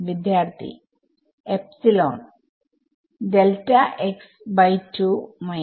വിദ്യാർത്ഥി epsilon delta x by 2 minus